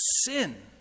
sin